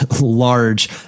large